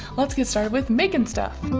let's get started with makin' stuff!